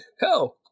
hell